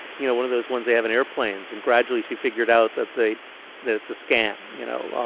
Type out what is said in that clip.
you know, one of those ones they have on airplanes. and gradually she figured out that they that it's a scam, you know.